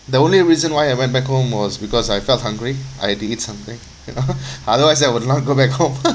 the only reason why I went back home was because I felt hungry I had to eat something you know otherwise I would not go back home